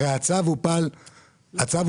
הרי הצו הופל במליאה.